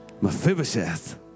Mephibosheth